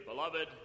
Beloved